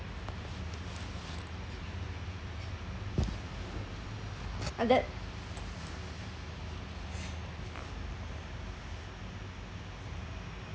uh that